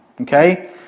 Okay